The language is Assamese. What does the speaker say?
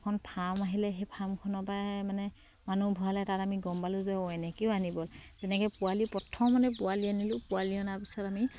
এখন ফাৰ্ম আহিলে সেই ফাৰ্মখনৰ পৰাই মানে মানুহ ভৰালে তাত আমি গম পালোঁ যে এনেকেও আনিব তেনেকে পোৱালি প্ৰথম মানে পোৱালি আনিলোঁ পোৱালি অনাৰ পিছত আমি